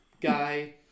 guy